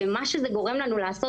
בפועל, זה גורם לנו,